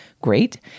great